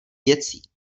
věcí